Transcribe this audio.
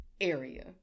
area